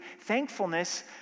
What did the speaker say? thankfulness